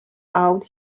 out